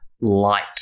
light